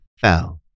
fell